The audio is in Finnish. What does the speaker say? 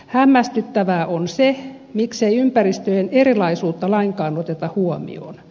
hämmästyttävää on se miksei ympäristöjen erilaisuutta lainkaan oteta huomioon